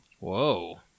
Whoa